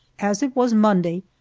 as it was monday,